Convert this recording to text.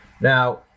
Now